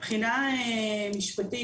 מבחינה משפטית,